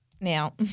now